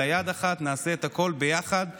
אלא יד אחת נעשה את הכול ביחד בשבילם.